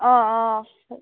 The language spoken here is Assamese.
অঁ অঁ